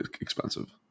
expensive